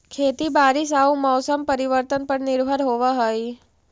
खेती बारिश आऊ मौसम परिवर्तन पर निर्भर होव हई